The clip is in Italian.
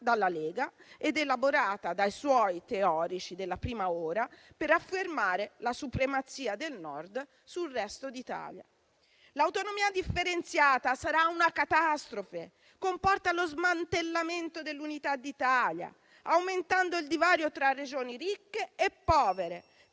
dalla Lega ed elaborata dai suoi teorici della prima ora, per affermare la supremazia del Nord sul resto d'Italia. L'autonomia differenziata sarà una catastrofe, perché comporta lo smantellamento dell'unità d'Italia, aumentando il divario tra Regioni ricche e povere,